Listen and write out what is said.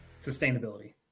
Sustainability